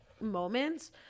moments